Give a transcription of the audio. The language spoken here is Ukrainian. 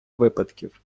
випадків